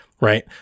right